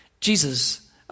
Jesus